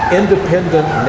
independent